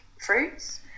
fruits